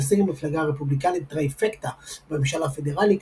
תשיג המפלגה הרפובליקנית טריפקטה בממשל הפדרלי ,